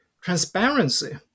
transparency